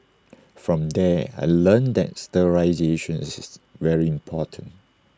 from there I learnt that sterilisation is is very important